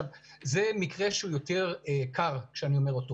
זה מקרה שהוא יותר קר כשאני אומר אותו